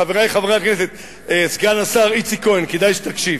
חברי חברי הכנסת, סגן השר איציק כהן, כדאי שתקשיב.